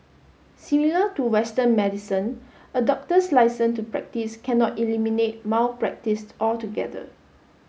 similar to western medicine a doctor's licence to practise cannot eliminate malpractice altogether